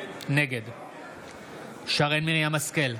נגד שרן מרים השכל,